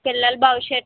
పిల్లల భవిష్యతు